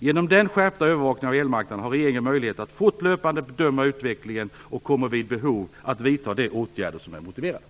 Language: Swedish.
Genom den skärpta övervakningen av elmarknaden har regeringen möjligheter att fortlöpande bedöma utvecklingen och kommer vid behov att vidta de åtgärder som är motiverade.